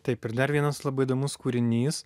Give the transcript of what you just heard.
taip ir dar vienas labai įdomus kūrinys